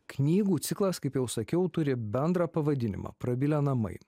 knygų ciklas kaip jau sakiau turi bendrą pavadinimą prabilę namai